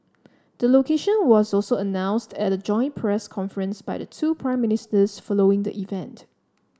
the location was also announced at a joint press conference by the two Prime Ministers following the event